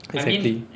exactly